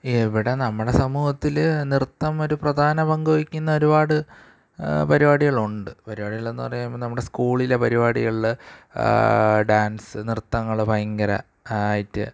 ഇവിടെ നമ്മുടെ സമൂഹത്തിൽ നൃത്തം ഒരു പ്രധാന പങ്കുവഹിക്കുന്ന ഒരുപാട് പരിപാടികളുണ്ട് പരിപാടികളെന്നു പറയുമ്പോൾ നമ്മുടെ സ്കൂളിലെ പരിപാടികളിൽ ഡാന്സ് നൃത്തങ്ങൾ ഭയങ്കരം ആയിട്ട്